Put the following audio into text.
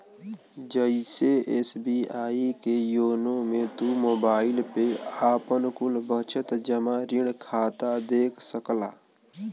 जइसे एस.बी.आई के योनो मे तू मोबाईल पे आपन कुल बचत, जमा, ऋण खाता देख सकला